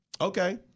Okay